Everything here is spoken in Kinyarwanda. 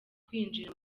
kwinjira